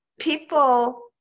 people